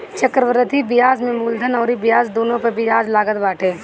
चक्रवृद्धि बियाज में मूलधन अउरी ब्याज दूनो पअ बियाज लागत बाटे